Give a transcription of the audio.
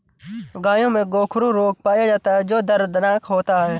गायों में गोखरू रोग पाया जाता है जो दर्दनाक होता है